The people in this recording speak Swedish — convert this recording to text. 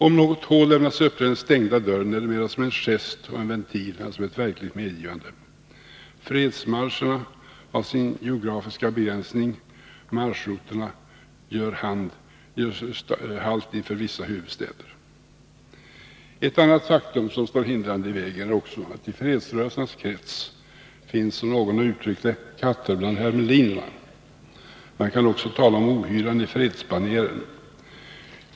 Om något hål lämnas öppet i den stängda dörren, är det mera som en gest och en ventil än som ett verkligt medgivande. Fredsmarscherna har sin geografiska begränsning. Marschrutterna gör halt inför vissa huvudstäder. Ett annat faktum som står hindrande i vägen är att i fredsrörelsernas krets finns, som någon har uttryckt det, ”katter bland hermelinerna”. Man kan också tala om ”ohyran i fredsbanéren”.